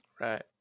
Right